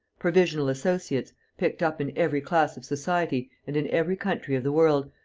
provisional associates, picked up in every class of society and in every country of the world,